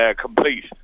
complete